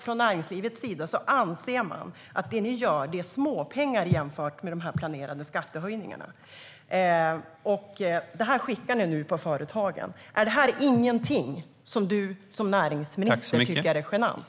Från näringslivets sida anser man att det ni gör är småpengar jämfört med dessa planerade skattehöjningar. Detta skickar ni nu på företagen. Tycker inte näringsministern att det är genant?